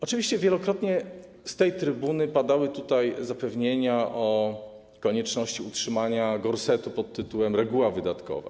Oczywiście wielokrotnie z tej trybuny padały zapewnienia o konieczności utrzymania gorsetu pt. „reguła wydatkowa”